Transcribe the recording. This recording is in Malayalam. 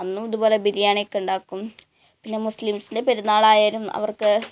അന്നും ഇതുപോലെ ബിരിയാണിയൊക്കെ ഉണ്ടാക്കും പിന്നെ മുസ്ലിംസിൻ്റെ പെരുന്നാളായാലും അവർക്ക്